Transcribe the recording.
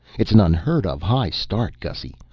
it's an unheard-of high start. gussy,